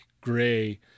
gray